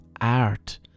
art